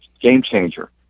game-changer